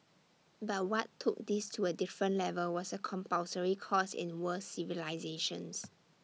but what took this to A different level was A compulsory course in world civilisations